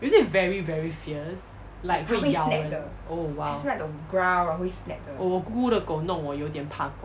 is it very very fierce like 它会咬人 oh !wow! oh 我姑姑的狗弄我有点怕狗